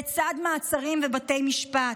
לצד מעצרים ובתי משפט,